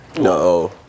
No